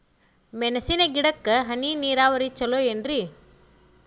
ಮೆಣಸಿನ ಗಿಡಕ್ಕ ಹನಿ ನೇರಾವರಿ ಛಲೋ ಏನ್ರಿ?